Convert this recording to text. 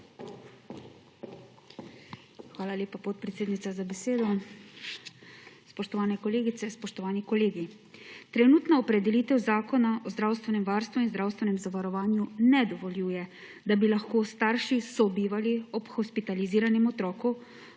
Hvala lepa, podpredsednica, za besedo. Spoštovane kolegice, spoštovani kolegi! Trenutna opredelitev Zakona o zdravstvenem varstvu in zdravstvenem zavarovanju ne dovoljuje, da bi lahko starši sobivali ob hospitaliziranem otroku,